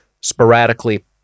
sporadically